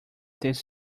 this